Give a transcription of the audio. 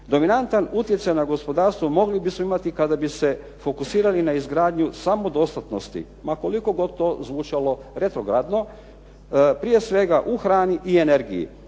Dominantan utjecaj na gospodarstvo mogli bismo imati kada bi se fokusirali na izgradnju samodostatnosti ma koliko god to zvučalo retrogradno prije svega u hrani i energiji.